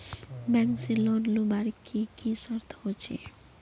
Bank से loan लुबार की की शर्त होचए?